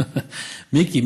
מיקי,